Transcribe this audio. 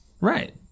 Right